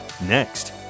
next